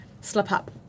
slip-up